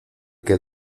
que